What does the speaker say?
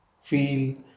feel